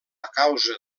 causa